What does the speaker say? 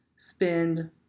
spend